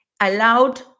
allowed